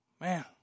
Man